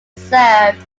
served